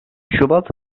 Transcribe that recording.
şubat